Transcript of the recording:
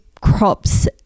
crops